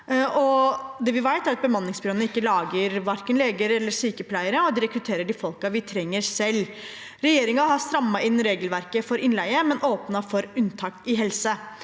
Det vi vet, er at bemanningsbyråene ikke lager verken leger eller sykepleiere, og de rekrutterer de folkene vi trenger selv. Regjeringen har strammet inn regelverket for innleie, men åpnet for unntak i helse.